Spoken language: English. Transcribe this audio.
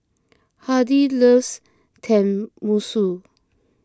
Hardy loves Tenmusu